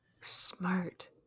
Smart